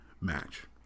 match